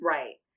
Right